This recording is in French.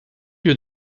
lieu